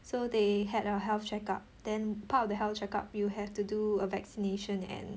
so they had a health check up then part of the health check up you have to do a vaccination and